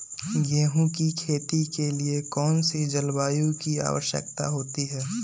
गेंहू की खेती के लिए कौन सी जलवायु की आवश्यकता होती है?